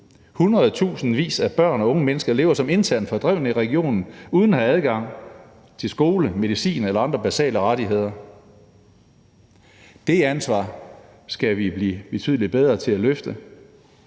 af børn og unge mennesker lever som internt fordrevne i regionen uden at have adgang til skoler, medicin eller andre basale rettigheder. Det ansvar skal vi blive betydelig bedre til at løfte,